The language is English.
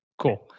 Cool